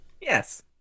Yes